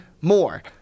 more